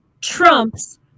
trumps